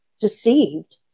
deceived